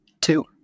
Two